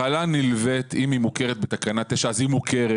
מחלה נלווית, אם היא מוכרת בתקנה 9, היא מוכרת.